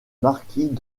marquis